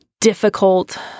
difficult